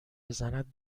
بزند